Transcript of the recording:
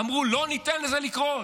אמרו: לא ניתן לזה לקרות,